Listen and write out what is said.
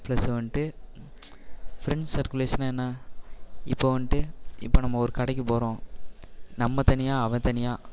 plus வந்துட்டு friends சர்குலேஷன்னால் என்ன இப்போது வந்துட்டு இப்போது நம்ம ஒரு கடைக்கு போகிறோம் நம்ம தனியாக அவன் தனியாக